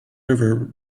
river